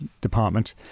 department